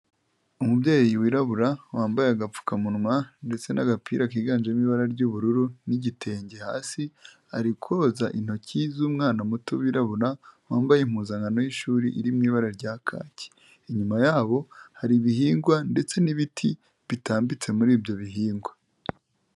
Umubyeyi wirabura wambaye agapfukamunwa ndetse n'agapira kiganjemo ibara ry'ubururu n'igitenge hasi, ari koza intoki z'umwana muto wirabura wambaye impuzankano y'ishuri iri mu ibara rya kaki, inyuma yabo hari ibihingwa ndetse n'ibiti bitambitse muri ibyo bihingwa.